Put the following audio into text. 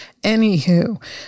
Anywho